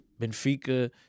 Benfica